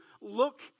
look